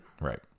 Right